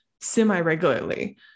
semi-regularly